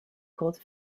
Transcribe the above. called